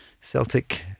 Celtic